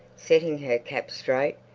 setting her cap straight.